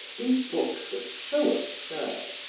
these books were so absurd,